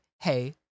hey